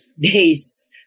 days